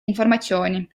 informatsiooni